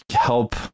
help